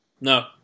no